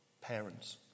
Parents